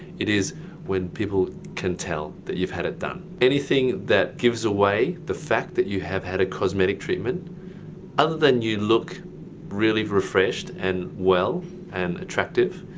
it is when people can tell that you've had it done. anything that gives away the fact that you have had a cosmetic treatment other than you look really refreshed and well and attractive.